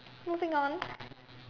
moving on